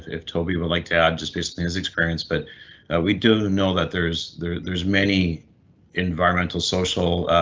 if toby would like to add just basically his experience. but we do know that there's there's there's many environmental social